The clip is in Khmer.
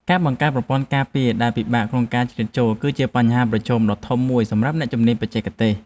ការបង្កើតប្រព័ន្ធការពារដែលពិបាកក្នុងការជ្រៀតចូល គឺជាបញ្ហាប្រឈមដ៏ធំមួយសម្រាប់អ្នកជំនាញបច្ចេកទេស។